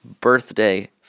birthday